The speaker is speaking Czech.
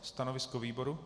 Stanovisko výboru?